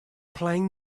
playing